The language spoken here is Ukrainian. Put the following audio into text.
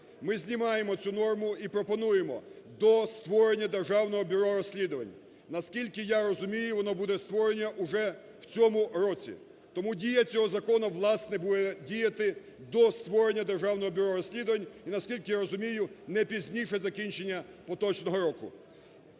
Ми знімаємо цю норму і пропонуємо "до створення Державного бюро розслідувань". Наскільки я розумію, воно буде створено уже в цьому році, тому дія цього закону, власне, буде діяти до створення Державного бюро розслідувань і, наскільки я розумію, не пізніше закінчення поточного року.